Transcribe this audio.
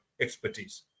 expertise